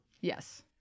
yes